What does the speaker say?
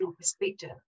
perspective